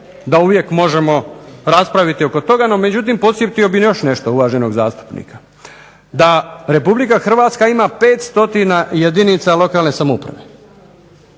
da uvijek možemo raspravljati oko toga. No međutim, podsjetio bih još nešto uvaženog zastupnika, da RH ima 500 jedinica lokalne samouprave.